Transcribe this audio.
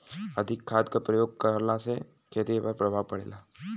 अधिक खाद क प्रयोग कहला से खेती पर का प्रभाव पड़ेला?